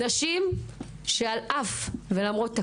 נשים שעל אף ולמרות הכול,